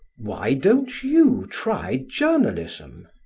why don't you try journalism?